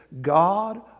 God